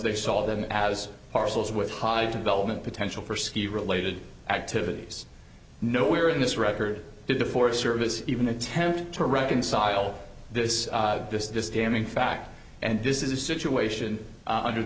they saw them as parcels with high development potential for ski related activities no where in this record did the forest service even attempt to reconcile this this this damning fact and this is a situation under